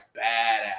badass